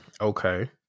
Okay